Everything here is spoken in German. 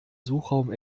suchraum